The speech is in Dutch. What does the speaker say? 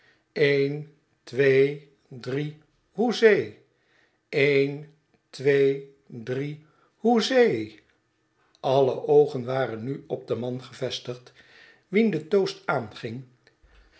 een twee drie hoezee een twee drie hoezee e el alle oogen waren nu op den man gevestigd wien